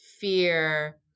fear